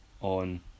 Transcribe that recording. on